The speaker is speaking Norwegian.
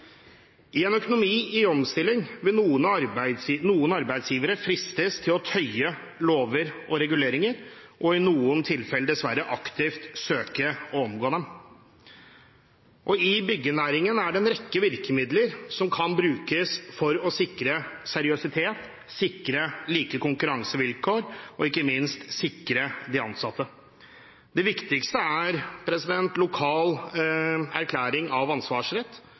I en økonomi i omstilling vil noen arbeidsgivere fristes til å tøye lover og reguleringer og i noen tilfeller, dessverre, aktivt søke å omgå dem. I byggenæringen er det en rekke virkemidler som kan brukes for å sikre seriøsitet, sikre like konkurransevilkår og ikke minst sikre de ansatte. Det viktigste er lokal erklæring av ansvarsrett,